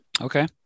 Okay